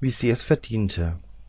wie sie es verdiente